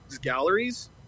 galleries